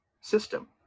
system